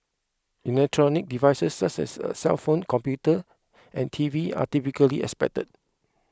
electronic devices such as cellphone computer and T V are typically expected